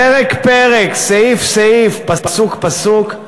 פרק-פרק, סעיף-סעיף, פסוק-פסוק,